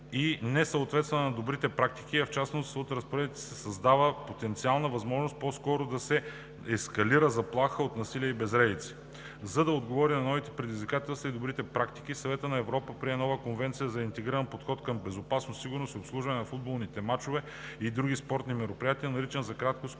ѝ не съответства на добрите практики, а в част от разпоредбите се създава потенциална възможност по-скоро да ескалира заплаха от насилие и безредици. За да отговори на новите предизвикателства и добрите практики, Съветът на Европа прие новата Конвенция за интегриран подход към безопасност, сигурност и обслужване на футболни мачове и други спортни мероприятия, наричана за краткост